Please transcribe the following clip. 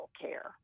care